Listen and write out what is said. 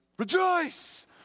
Rejoice